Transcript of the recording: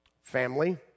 family